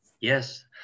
Yes